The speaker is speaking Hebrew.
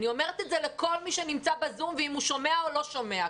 אני אומרת את זה לכל מי שנמצא בזום ואם הוא שומע או לא שומע,